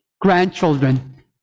grandchildren